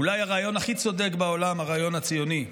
אולי הרעיון הכי צודק בעולם הוא הרעיון הציוני.